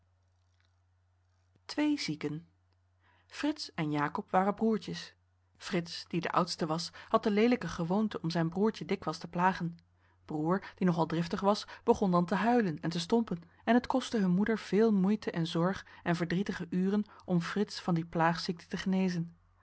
twee zieken rits en jacob waren broertjes frits die de oudste was had de leelijke gewoonte om zijn broertje dikwijls te plagen broer die nogal driftig was begon dan te huilen en te stompen en het kostte hun moeder veel moeite en zorg en verdrietige uren om frits van die plaagziekte te genezen